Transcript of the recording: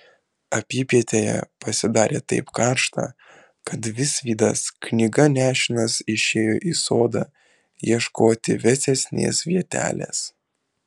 apypietėje pasidarė taip karšta kad visvydas knyga nešinas išėjo į sodą ieškoti vėsesnės vietelės